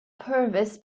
purvis